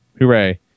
Hooray